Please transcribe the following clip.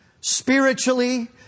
spiritually